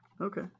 Okay